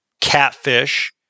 catfish